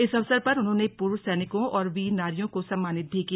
इस अवसर पर उन्होंने पूर्व सैनिकों और वीर नारियों को सम्मानित भी किया